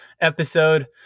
episode